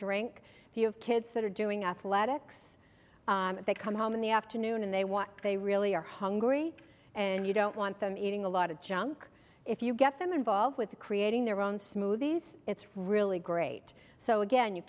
drink if you have kids that are doing athletics they come home in the afternoon and they want they really are hungry and you don't want them eating a lot of junk if you get them involved with creating their own smoothies it's really great so again you